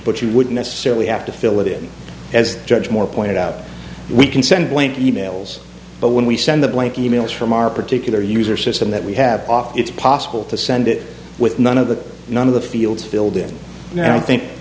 but you would necessarily have to fill it as judge moore pointed out we can send blank emails but when we send the blank e mails from our particular user system that we have it's possible to send it with none of the none of the fields filled in and i thin